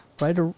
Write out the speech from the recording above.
right